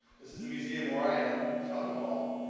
this is the museum where i am. it's on the mall.